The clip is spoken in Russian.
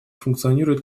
функционирует